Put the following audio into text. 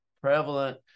prevalent